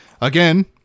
again